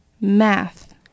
Math